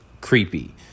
creepy